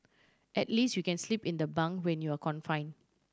at least you can sleep in the bunk when you're confine